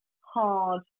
hard